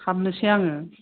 हाबनोसै आङो